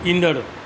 ईंदड़ु